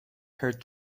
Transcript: her